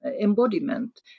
embodiment